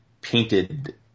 painted